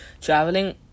traveling